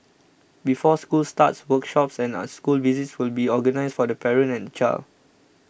before school starts workshops and are school visits will be organised for the parent and child